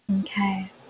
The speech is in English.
Okay